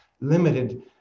limited